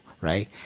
right